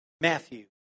Matthew